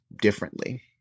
differently